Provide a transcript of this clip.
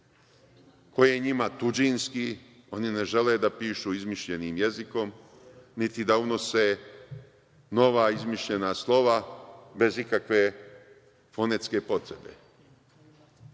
koji je njima tuđinski. Oni ne žele da pišu izmišljenim jezikom, niti da unose nova izmišljena slova, bez ikakve fonetske potrebe.